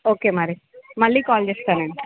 okay మరి మళ్ళీ call చేస్తాను నేను